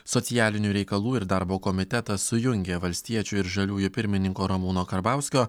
socialinių reikalų ir darbo komitetas sujungė valstiečių ir žaliųjų pirmininko ramūno karbauskio